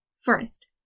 First